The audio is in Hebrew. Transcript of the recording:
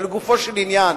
אבל לגופו של עניין,